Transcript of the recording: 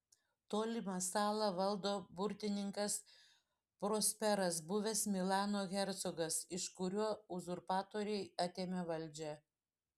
tolimą salą valdo burtininkas prosperas buvęs milano hercogas iš kurio uzurpatoriai atėmė valdžią